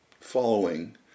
following